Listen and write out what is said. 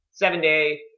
Seven-day